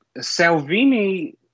Salvini